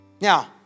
Now